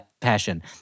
passion